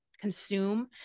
consume